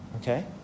okay